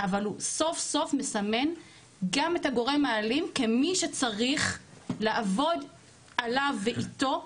אבל הוא סוף סוף מסמן גם את הגורם האלים כמי שצריך לעבוד עליו ואיתו,